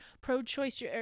pro-choice